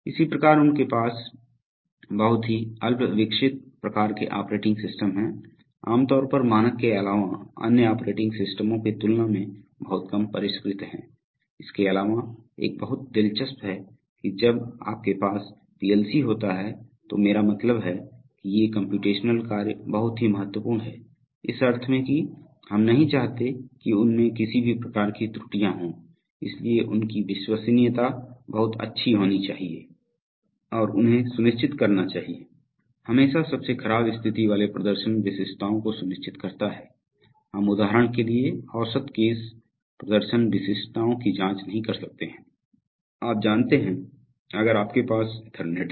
इसी प्रकार उनके पास बहुत ही अल्पविकसित प्रकार के ऑपरेटिंग सिस्टम हैं आम तौर पर मानक के अलावा अन्य ऑपरेटिंग सिस्टमों की तुलना में बहुत कम परिष्कृत हैं इसके अलावा एक बात बहुत दिलचस्प है कि जब आपके पास पीएलसी होता है तो मेरा मतलब है कि ये कम्प्यूटेशनल कार्य बहुत ही महत्वपूर्ण हैं इस अर्थ में कि हम नहीं चाहते कि उनमें किसी भी प्रकार की त्रुटियां हों इसलिए उनकी विश्वसनीयता बहुत अच्छी होनी चाहिए और उन्हें सुनिश्चित करना चाहिए हमेशा सबसे खराब स्थिति वाले प्रदर्शन विशिष्टताओं को सुनिश्चित करता है हम उदाहरण के लिए औसत केस प्रदर्शन विशिष्टताओं की जांच नहीं कर सकते हैं आप जानते हैं अगर आपके पास ईथरनेट है